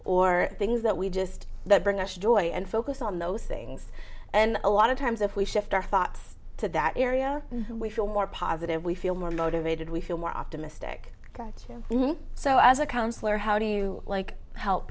or things that we just that bring us joy and focus on those things and a lot of times if we shift our fots to that area we feel more positive we feel more motivated we feel more optimistic that so as a counselor how do you like help